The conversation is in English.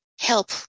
help